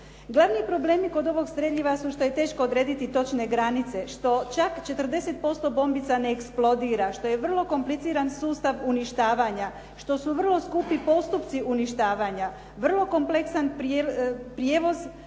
Glavni problemi kod ovog streljiva su što je teško odrediti točne granice, što čak 40% bobica ne eksplodira, što je vrlo kompliciran sustav uništavanja, što su vrlo skupi postupci uništavanja, vrlo kompleksan prijevoz